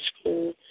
school